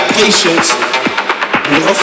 patience